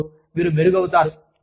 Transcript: అప్పుడు మీరు మెరుగు అవుతారు